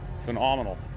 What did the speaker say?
phenomenal